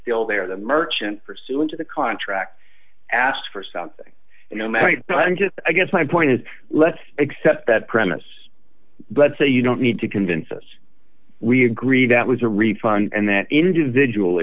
still there the merchant pursuant to the contract ask for something you know married but i'm just i guess my point is let's accept that premise but say you don't need to convince us we agreed that was a refund and that individual